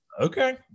Okay